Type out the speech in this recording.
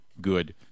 good